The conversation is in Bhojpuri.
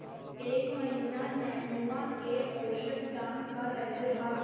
एह महीना नेनुआ के औसत दाम का रहल बा?